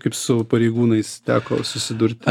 kaip su pareigūnais teko susidurti